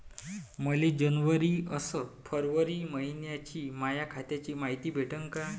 मले जनवरी अस फरवरी मइन्याची माया खात्याची मायती भेटन का?